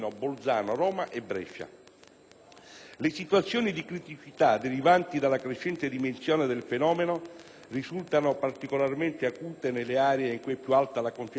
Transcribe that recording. Le situazioni di criticità derivanti dalla crescente dimensione del fenomeno risultano particolarmente acute nelle aree in cui è più alta la concentrazione di alunni stranieri;